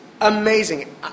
amazing